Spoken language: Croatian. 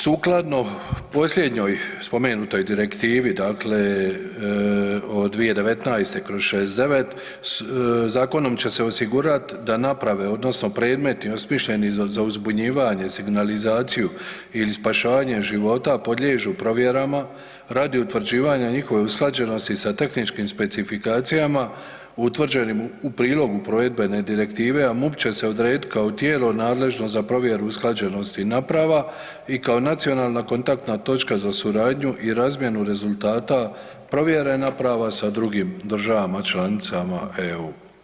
Sukladno posljednjoj spomenutoj Direktivi, dakle od 2019/69 zakonom će se osigurat da naprave odnosno predmeti osmišljeni za uzbunjivanje, signalizaciju ili spašavanje života podliježu provjerama radi utvrđivanja njihove usklađenosti sa tehničkim specifikacijama utvrđenim u prilogu provedbe direktive, a MUP će se odredit kao tijelo nadležno za provjeru usklađenosti naprava i kao nacionalna kontaktna točka za suradnju i razmjenu rezultata provjere naprava sa drugim državama članicama EU.